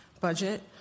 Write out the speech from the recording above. budget